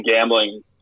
gambling